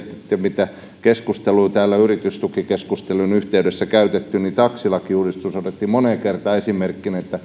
mitä keskusteluja täällä yritystukikeskustelujen yhteydessä on käyty niin taksilakiuudistus otettiin moneen kertaan esimerkkinä